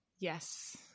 Yes